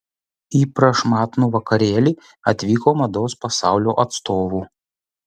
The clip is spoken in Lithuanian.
į prašmatnų vakarėlį atvyko mados pasaulio atstovų